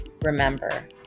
Remember